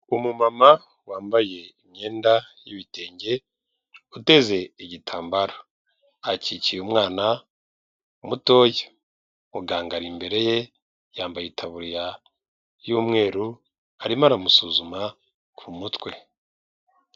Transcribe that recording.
Umumama wambaye imyenda y'ibitenge, uteze igitambaro. Akikiye umwana mutoya, muganga ari imbere ye yambaye itaburiya y'umweru arimo aramusuzuma ku mutwe.